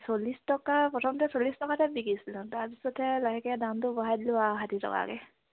চল্লিছ টকা প্ৰথমতে চল্লিছ টকাতে বিকিছিলোঁ তাৰপিছতে লাহেকে দামটো বঢ়াই দিলোঁ আৰু ষাঠি টকাকে